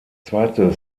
zweite